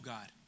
God